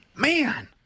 Man